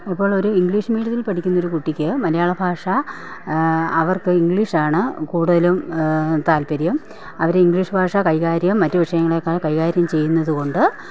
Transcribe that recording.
അപ്പോഴൊരു ഇംഗ്ലീഷ് മീഡിയത്തിൽ പഠിക്കുന്നൊരു കുട്ടിക്ക് മലയാള ഭാഷ അവർക്ക് ഇംഗ്ലീഷാണ് കൂടുതലും താൽപ്പര്യം അവർ ഇംഗ്ലീഷ് ഭാഷ കൈകാര്യം മറ്റു വിഷയങ്ങളേക്കാൾ കൈകാര്യം ചെയ്യുന്നതുകൊണ്ട്